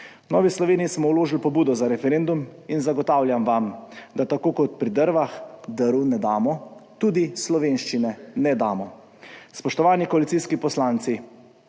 Novi Sloveniji smo vložili pobudo za referendum in zagotavljam vam, da tako kot pri drveh, drv ne damo, tudi slovenščine ne damo. Spoštovani koalicijski poslanci!